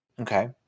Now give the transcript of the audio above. okay